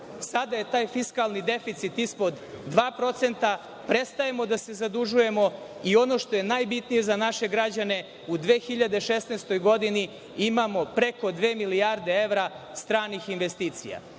Sada je taj fiskalni deficit ispod 2%, prestajemo da se zadužujemo i, ono što je najbitnije za naše građane, u 2016. godini imamo preko dve milijarde evra stranih investicija